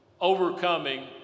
overcoming